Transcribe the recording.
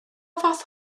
fath